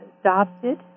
adopted